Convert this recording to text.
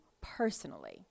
personally